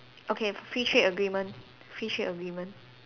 okay free trade agreement free trade agreement